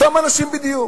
אותם אנשים בדיוק.